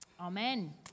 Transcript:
Amen